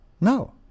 No